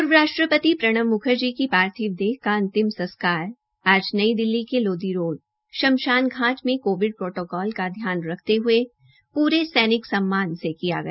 पूर्व राष्ट्रपति प्रणब मुखर्जी की पार्थिव देह का अंतिम संस्कार आज नई दिल्ली के लोदी रोड शमशान घाट में कोविड प्रोटोकॉल का ध्यान रखते हये प्रे सैनिक सम्मान से किया गया